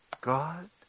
God